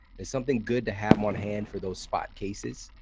it's something good to have on hand for those spot cases,